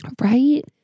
Right